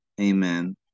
amen